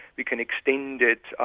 we can extend it,